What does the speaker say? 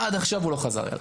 עד עכשיו הוא לא חזר אלי.